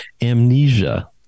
amnesia